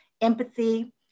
empathy